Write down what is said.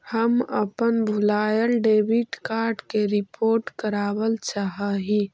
हम अपन भूलायल डेबिट कार्ड के रिपोर्ट करावल चाह ही